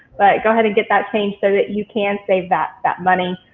but go ahead and get that changed so that you can save that that money.